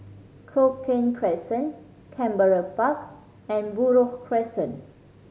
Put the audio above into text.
Cochrane Crescent Canberra Park and Buroh Crescent